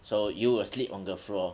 so you will sleep on the floor